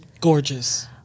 gorgeous